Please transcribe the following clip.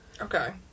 Okay